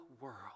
world